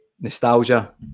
Nostalgia